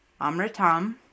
Amritam